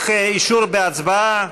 זה לא משנה את תוצאות ההצבעה.